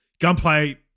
Gunplay